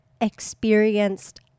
experienced